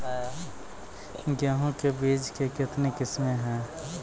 गेहूँ के बीज के कितने किसमें है?